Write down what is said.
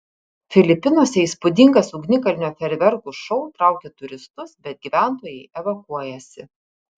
filipinuose įspūdingas ugnikalnio fejerverkų šou traukia turistus bet gyventojai evakuojasi